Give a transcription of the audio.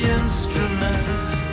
instruments